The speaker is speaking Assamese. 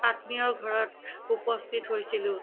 আত্মীয়ৰ ঘৰত উপস্থিত হৈছিলোঁ